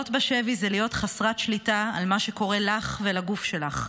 להיות בשבי זה להיות חסרת שליטה על מה שקורה לך ולגוף שלך,